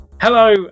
Hello